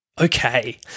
Okay